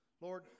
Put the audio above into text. Lord